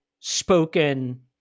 Spoken